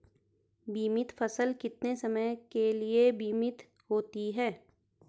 बीमित फसल कितने समय के लिए बीमित होती है?